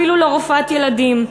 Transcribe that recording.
אפילו לא רופאת ילדים.